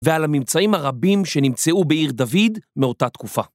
ועל הממצאים הרבים שנמצאו בעיר דוד מאותה תקופה.